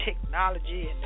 technology